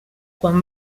quan